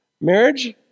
Marriage